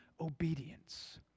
obedience